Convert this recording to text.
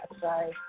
Sorry